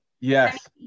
Yes